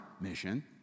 mission